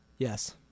Yes